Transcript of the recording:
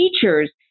teachers